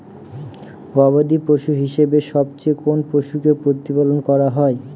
গবাদী পশু হিসেবে সবচেয়ে কোন পশুকে প্রতিপালন করা হয়?